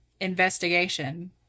investigation